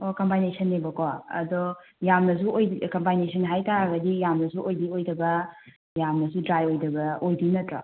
ꯑꯣ ꯀꯝꯕꯥꯏꯅꯦꯁꯟꯅꯦꯕꯀꯣ ꯑꯗꯣ ꯌꯥꯝꯅꯁꯨ ꯀꯝꯕꯥꯏꯅꯦꯁꯟ ꯍꯥꯏꯇꯔꯒꯗꯤ ꯌꯥꯝꯅꯁꯨ ꯑꯣꯏꯜꯂꯤ ꯑꯣꯏꯗꯕ ꯌꯥꯝꯅꯁꯨ ꯗ꯭ꯔꯥꯏ ꯑꯣꯏꯗꯕ ꯑꯣꯏꯗꯣꯏ ꯅꯠꯇ꯭ꯔꯣ